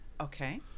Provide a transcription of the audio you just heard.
Okay